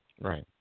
Right